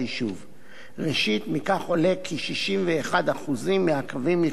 ראשית, מכך עולה כי 61% מהקווים נכנסים ליישוב.